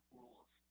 rules